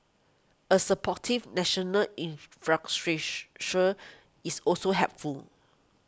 a supportive national infrastructure is also helpful